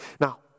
Now